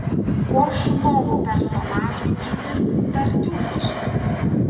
koršunovo personažai itin tartiufiški